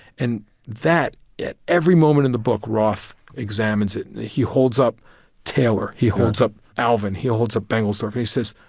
and that, at every moment in the book, roth examines it. and he holds up taylor, he holds up alvin, he holds up bengelsdorf, and he says,